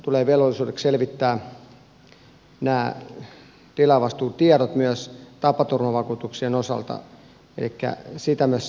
tulee velvollisuudeksi selvittää nämä tilaajavastuutiedot myös tapaturmavakuutuksien osalta elikkä sitä myös seurataan